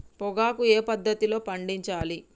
పొగాకు ఏ పద్ధతిలో పండించాలి?